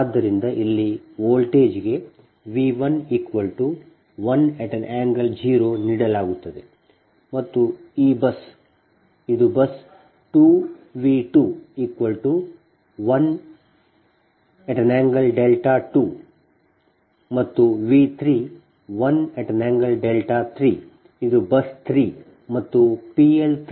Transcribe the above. ಆದ್ದರಿಂದ ಇಲ್ಲಿ ವೋಲ್ಟೇಜ್ಗೆ V 1 1∠0 ನೀಡಲಾಗುತ್ತದೆ ಮತ್ತು ಈ ಬಸ್ 1 ಇದು ಬಸ್ 2 V 2 1∠δ 2 ಬಲ ಮತ್ತು V 3 1∠δ 3 ಇದು ಬಸ್ 3 ಮತ್ತು PL 3 2